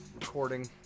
recording